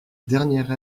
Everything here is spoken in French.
dernière